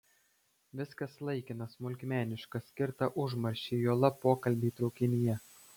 viskas laikina smulkmeniška skirta užmarščiai juolab pokalbiai traukinyje